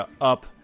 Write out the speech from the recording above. up